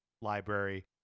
library